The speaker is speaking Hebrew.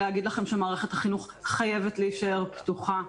להגיד לכם שמערכת החינוך חייבת להישאר פתוחה.